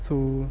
so